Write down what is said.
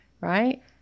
right